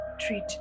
treat